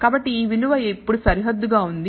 కాబట్టి ఈ విలువ ఇప్పుడు సరిహద్దుగా ఉంది